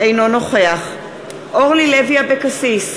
אינו נוכח אורלי לוי אבקסיס,